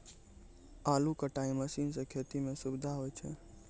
आलू कटाई मसीन सें खेती म सुबिधा होय छै